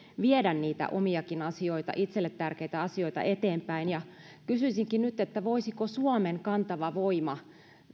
viedä niitä omiakin asioita itselle tärkeitä asioita eteenpäin kysyisinkin nyt voisiko suomen kantava voima